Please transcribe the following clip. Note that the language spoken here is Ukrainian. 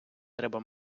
треба